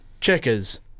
checkers